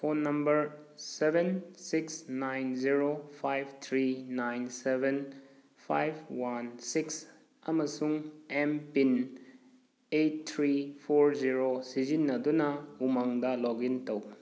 phone number seven six nine zero five three nine seven five one six ꯑꯃꯁꯨꯡ M pin eight three four zero ꯁꯤꯖꯤꯟꯗꯨꯅ ꯎꯃꯪꯗ log in ꯇꯧ